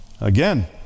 again